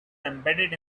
embedded